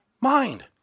Mind